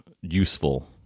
useful